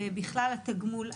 ובכלל התגמול.